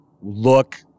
look